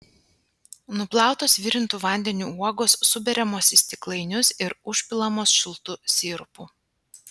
nuplautos virintu vandeniu uogos suberiamos į stiklainius ir užpilamos šiltu sirupu